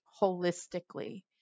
holistically